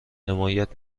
حمایت